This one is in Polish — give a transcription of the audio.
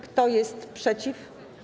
Kto jest przeciw?